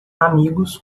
amigos